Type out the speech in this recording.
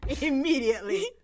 immediately